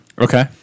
Okay